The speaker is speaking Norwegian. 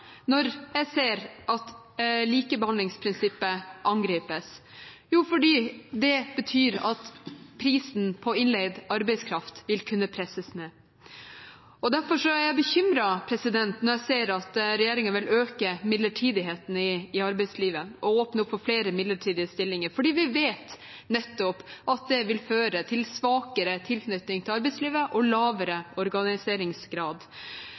når jeg ser at likebehandlingsprinsippet angripes, fordi det betyr at prisen på innleid arbeidskraft vil kunne presses ned. Derfor er jeg bekymret når jeg ser at regjeringen vil øke midlertidigheten i arbeidslivet og åpne opp for flere midlertidige stillinger, fordi vi vet at det nettopp vil føre til svakere tilknytning til arbeidslivet og